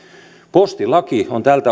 postilaki on tältä